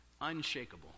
unshakable